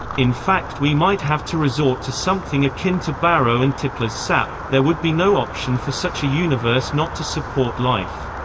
in fact we might have to resort to something akin to barrow and tipler's sap there would be no option for such a universe not to support life.